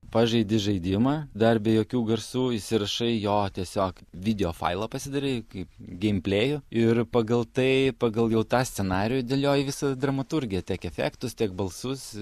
pažaidi žaidimą dar be jokių garsų įsirašai jo tiesiog video failą pasidarei kaip geimplėjų ir pagal tai pagal jau tą scenarijų dėlioji visą dramaturgiją tiek efektus tiek balsus